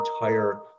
entire